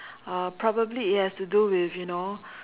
uh probably it has to do with you know